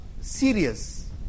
serious